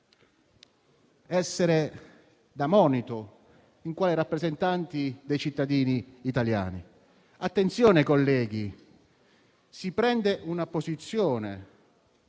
essere da monito in quanto rappresentanti dei cittadini italiani. Attenzione, colleghi: si prende una posizione